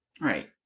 right